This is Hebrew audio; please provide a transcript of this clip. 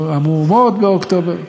המהומות באוקטובר.